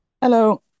Hello